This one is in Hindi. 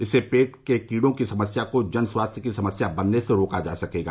इससे पेट के कीड़ो की समस्या को जन स्वास्थ्य की समस्या बनने से रोका जा सकेगा